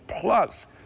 plus